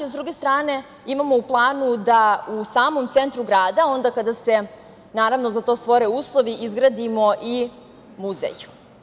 S druge strane, imamo u planu da u samom centru grada, onda kada se za to stvore uslovi, izgradimo i muzej.